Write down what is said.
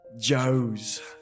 Joe's